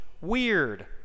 weird